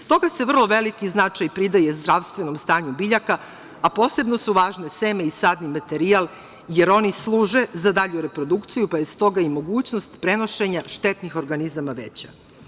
Stoga se vrlo veliki značaj pridaje zdravstvenom stanju biljaka, a posebno su važni seme i sadni materijal, jer oni služe za dalju reprodukcije, pa je stoga i mogućnost prenošenja štetnih organizama veća.